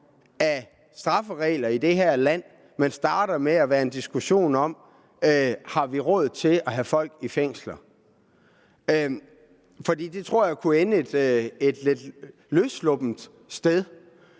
af strafferegler i det her land, men starter med at være en diskussion af, om vi har råd til at have folk i fængsel, for det tror jeg kunne ende et lidt løssluppent sted.